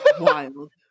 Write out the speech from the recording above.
Wild